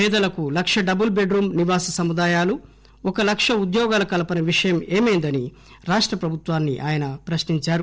పేదలకు lakh double bedroom నివాస సముదాయాలు ఒక లక్ష ఉద్యోగాల కల్పన విషయం ఏమైందని రాష్ట ప్రభుత్వాన్ని ఆయన ప్రశ్నించారు